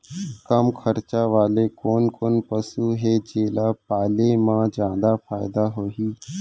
कम खरचा वाले कोन कोन पसु हे जेला पाले म जादा फायदा होही?